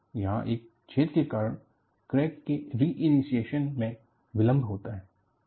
यहां एक छेद के कारण क्रैक के रीइनीशिएशन में विलंब होता है